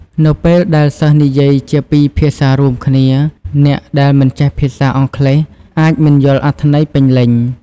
នៅពេលដែលសិស្សនិយាយជាពីរភាសារួមគ្នា អ្នកដែលមិនចេះភាសាអង់គ្លេសអាចមិនយល់អត្ថន័យពេញលេញ។